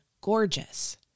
gorgeous